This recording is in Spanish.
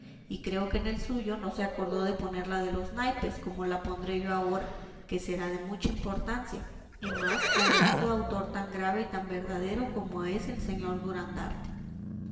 y creo que en el suyo no se acordó de poner la de los naipes como la pondré yo ahora que será de mucha importancia y más alegando autor tan grave y tan verdadero como es el señor